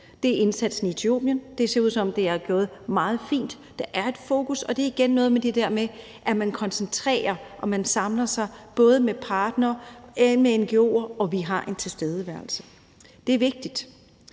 er for indsatsen i Etiopien. Det ser ud, som om det er gået meget fint. Der er et fokus, og det er igen noget med det der med, at man koncentrerer og samler sig både med partnere og ngo'er, og at vi har en tilstedeværelse. Det er vigtigt.